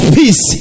peace